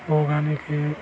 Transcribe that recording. वो गाने के